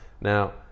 Now